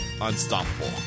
unstoppable